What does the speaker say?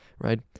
right